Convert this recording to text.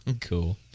Cool